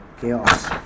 chaos